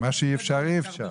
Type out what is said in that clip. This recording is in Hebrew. מה שאי אפשר, אי אפשר.